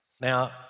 Now